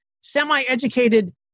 semi-educated